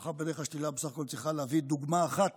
הוכחה בדרך השלילה בסך הכול צריכה להביא דוגמה אחת